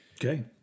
Okay